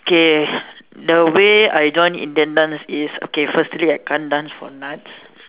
okay the way I join Indian dance is okay firstly I can't dance for nuts